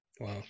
Wow